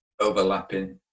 overlapping